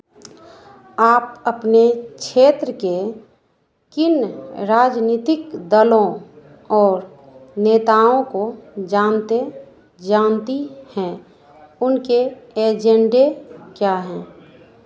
आप अपने क्षेत्र के किन राजनीतिक दलों और नेताओं को जानते जानती हैं उनके एजेंडे क्या हैं